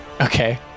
Okay